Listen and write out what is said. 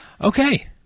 Okay